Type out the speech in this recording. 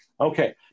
Okay